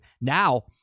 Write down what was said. Now